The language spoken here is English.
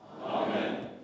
Amen